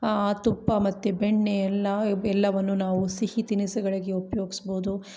ಆ ತುಪ್ಪ ಮತ್ತು ಬೆಣ್ಣೆ ಎಲ್ಲ ಎಲ್ಲವನ್ನು ನಾವು ಸಿಹಿ ತಿನಿಸುಗಳಿಗೆ ಉಪಯೋಗಿಸ್ಬೌದು